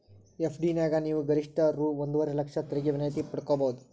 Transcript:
FD ನ್ಯಾಗ ನೇವು ಗರಿಷ್ಠ ರೂ ಒಂದುವರೆ ಲಕ್ಷ ತೆರಿಗೆ ವಿನಾಯಿತಿ ಪಡ್ಕೊಬಹುದು